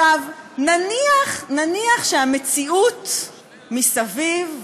נניח שהמציאות מסביב,